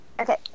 Okay